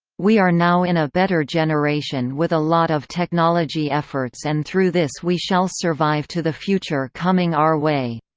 we are now in a better generation with a lot of technology efforts and through this we shall survive to the future coming our way.